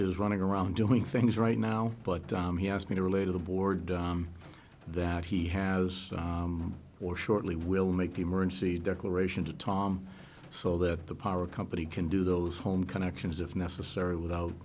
is running around doing things right now but he asked me to relay to the board that he has or shortly will make the emergency declaration to tom so that the power company can do those home connections if necessary without